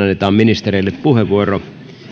annetaan ministereille puheenvuorot